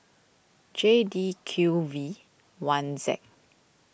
J D Q V one Z